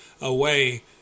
away